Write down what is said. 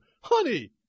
honey